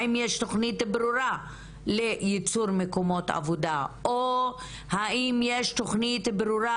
האם יש תכנית ברורה לייצור מקומות עבודה או האם יש תכנית ברורה